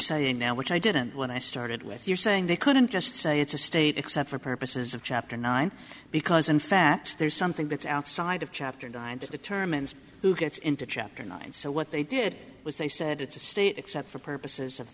saying now which i didn't when i started with you're saying they couldn't just say it's a state except for purposes of chapter nine because in fact there's something that's outside of chapter nine that determines who gets into chapter nine so what they did was they said it's a state except for purposes of